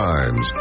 Times